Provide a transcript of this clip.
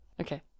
okay